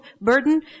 burden